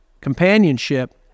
companionship